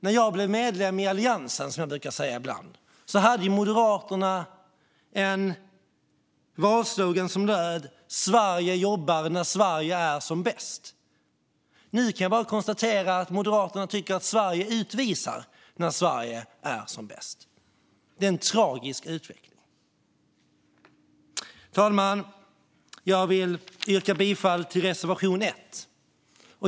När jag blev medlem i Alliansen, som jag brukar säga ibland, hade Moderaterna en valslogan som löd: Sverige jobbar när Sverige är som bäst. Nu kan jag bara konstatera att Sverige utvisar när Sverige är som bäst. Det är en tragisk utveckling. Fru talman! Jag vill yrka bifall till reservation 1.